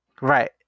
Right